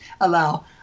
allow